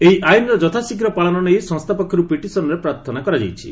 ଏହି ଆଇନ୍ର ଯଥାଶୀଘ୍ର ପାଳନ ନେଇ ସଂସ୍ଥା ପକ୍ଷରୁ ପିଟିସନ୍ରେ ପ୍ରାର୍ଥନା କରାଯାଇଛି